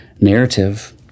narrative